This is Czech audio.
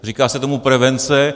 Říká se tomu prevence.